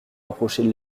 rapprocher